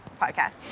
podcast